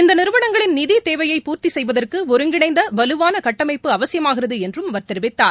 இந்த நிறுவனங்களின் நிதி தேவையை பூர்த்தி செய்வதற்கு ஒருங்கிணைந்த வலுவாள கட்டமைப்பு அவசியமாகிறது என்றும் அவர் தெரிவித்தார்